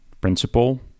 principle